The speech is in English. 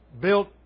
built